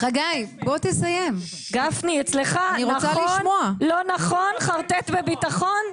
גפני, אצלך נכון, לא נכון, חרטט בביטחון...